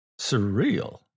surreal